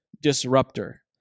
disruptor